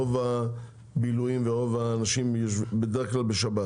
רוב הבילויים ורוב האנשים הם בדרך כלל בשבת,